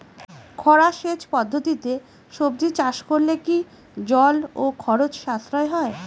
খরা সেচ পদ্ধতিতে সবজি চাষ করলে কি জল ও খরচ সাশ্রয় হয়?